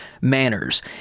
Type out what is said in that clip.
manners